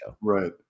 Right